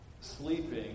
sleeping